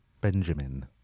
Benjamin